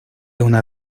una